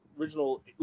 original